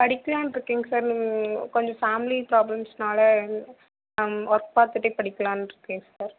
படிக்கலாம்னு இருக்கேன்ங்க சார் நான் கொஞ்சம் ஃபேமிலி பிராப்ளம்ஸுனால நான் ஒர்க் பார்த்துட்டே படிக்கலாம்னு இருக்கேன் சார்